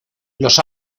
los